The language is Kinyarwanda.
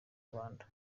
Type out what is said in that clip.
rwanda